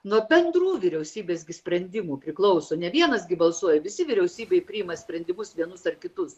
nuo bendrų vyriausybės sprendimų priklauso ne vienas gi balsuoja visi vyriausybėj priima sprendimus vienus ar kitus